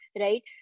right